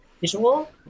visual